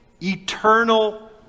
eternal